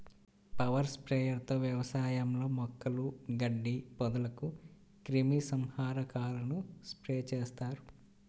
power sprayer తో వ్యవసాయంలో మొక్కలు, గడ్డి, పొదలకు క్రిమి సంహారకాలను స్ప్రే చేస్తారు